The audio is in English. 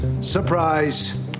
surprise